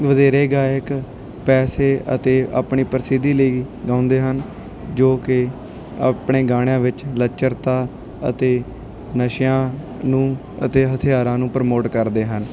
ਵਧੇਰੇ ਗਾਇਕ ਪੈਸੇ ਅਤੇ ਆਪਣੀ ਪ੍ਰਸਿੱਧੀ ਲਈ ਗਾਉਂਦੇ ਹਨ ਜੋ ਕਿ ਆਪਣੇ ਗਾਣਿਆਂ ਵਿੱਚ ਲੱਚਰਤਾ ਅਤੇ ਨਸ਼ਿਆਂ ਨੂੰ ਅਤੇ ਹਥਿਆਰਾਂ ਨੂੰ ਪ੍ਰਮੋਟ ਕਰਦੇ ਹਨ